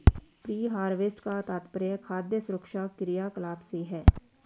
pre harvest का तात्पर्य खाद्य सुरक्षा क्रियाकलाप से है